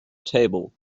table